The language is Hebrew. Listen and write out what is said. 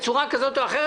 בצורה כזאת או אחרת,